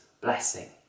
blessing